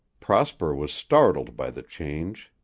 prosper was startled by the change.